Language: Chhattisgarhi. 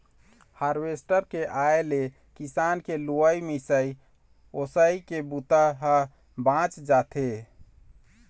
हारवेस्टर के आए ले किसान के लुवई, मिंजई, ओसई के बूता ह बाँच जाथे